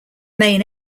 main